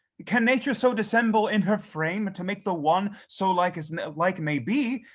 can nature so dissemble in her frame, to make the one so like as like may be,